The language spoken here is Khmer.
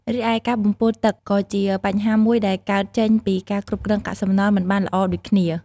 រីឯការបំពុលទឹកក៏ជាបញ្ហាមួយដែលកើតចេញពីការគ្រប់គ្រងកាកសំណល់មិនបានល្អដូចគ្នា។